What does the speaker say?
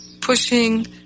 pushing